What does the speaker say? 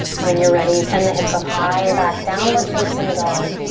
when you're ready, send the hips up high and back, downward facing dog.